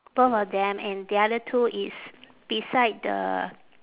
both of them and the other two is beside the